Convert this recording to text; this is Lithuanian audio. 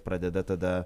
pradeda tada